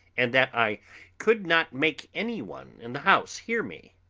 and that i could not make any one in the house hear me.